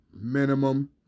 minimum